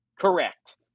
Correct